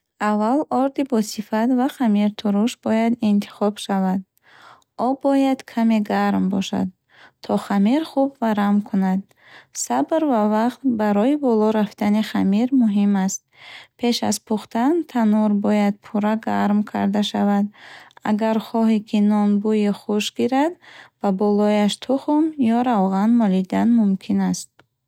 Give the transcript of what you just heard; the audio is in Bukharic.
Аввал орди босифат ва хамиртуруш бояд интихоб шавад. Об бояд каме гарм бошад, то хамир хуб варам кунад. Сабр ва вақт барои боло рафтани хамир муҳим аст. Пеш аз пухтан, танӯр бояд пурра гарм карда шавад. Агар хоҳӣ, ки нон бӯйи хуш гирад ба болояш тухм ё равған молидан мумкин аст.